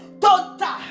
total